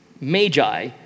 magi